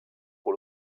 pour